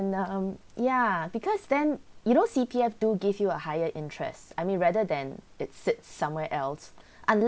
um yeah because then you know C_P_F do give you a higher interest I mean rather than it seat somewhere else unless